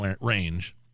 range